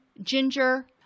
ginger